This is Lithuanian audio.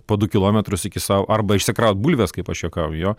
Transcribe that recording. po du kilometrus iki sau arba išsikraut bulves kaip aš juokauju jo